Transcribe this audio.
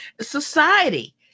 society